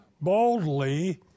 boldly